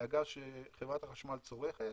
מהגז שחברת החשמל צורכת,